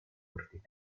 ordine